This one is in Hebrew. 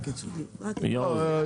יעוז.